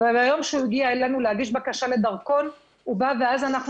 ומהיום שהוא הגיע אלינו להגיש בקשה לדרכון הוא בא ואז אנחנו